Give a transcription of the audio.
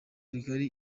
rigari